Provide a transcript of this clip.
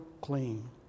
clean